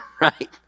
right